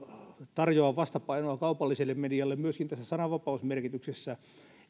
tarjoaa vastapainoa kaupalliselle medialle myöskin tässä sananvapausmerkityksessä